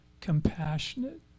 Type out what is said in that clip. compassionate